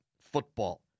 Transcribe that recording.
football